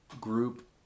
group